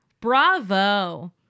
bravo